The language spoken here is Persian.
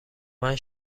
مند